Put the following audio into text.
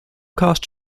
cost